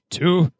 two